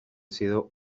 sido